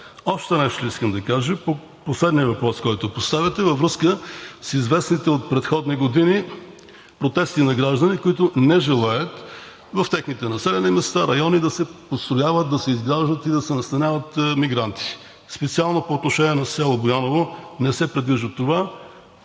Още нещо искам да кажа по последния въпрос, който поставяте. Във връзка с известните от предходни години протести на граждани, които не желаят в техните населени места, райони, да се позволява да се изграждат и да се настаняват мигранти. Специално по отношение на село Бояново, не се предвижда това,